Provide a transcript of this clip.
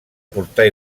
portar